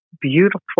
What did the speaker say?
beautiful